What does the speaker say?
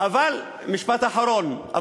משפט אחרון.